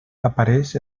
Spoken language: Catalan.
apareix